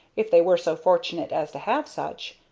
if they were so fortunate as to have such.